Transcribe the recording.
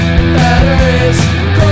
Batteries